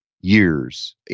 years